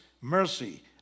mercy